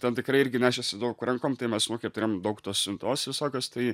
ten tikrai irgi nešėsi daug rankom tai mes nu kaip turėjom daug tos siuntos visokios tai